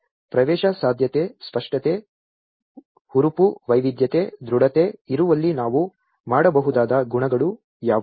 ಪ್ರವೇಶಸಾಧ್ಯತೆ ಸ್ಪಷ್ಟತೆ ಹುರುಪು ವೈವಿಧ್ಯತೆ ದೃಢತೆ ಇರುವಲ್ಲಿ ನಾವು ಮಾಡಬಹುದಾದ ಗುಣಗಳು ಯಾವುವು